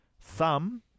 thumb